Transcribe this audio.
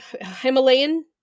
Himalayan